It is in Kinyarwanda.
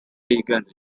yiganje